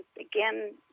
again